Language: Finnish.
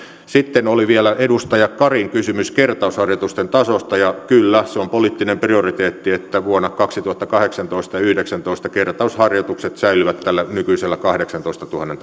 sitten oli vielä edustaja karin kysymys kertausharjoitusten tasosta ja kyllä se on poliittinen prioriteetti että vuosina kaksituhattakahdeksantoista ja kaksituhattayhdeksäntoista kertausharjoitukset säilyvät tällä nykyisellä kahdeksantoistatuhannen